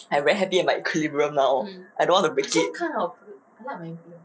I very happy at my equilibrium now I don't want to break it